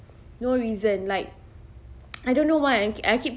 no reason like I don't know why I I keep